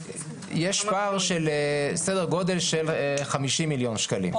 פער בסדר גודל של 50 מיליון שקלים.